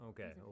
Okay